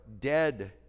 dead